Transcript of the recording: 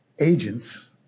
agents